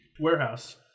warehouse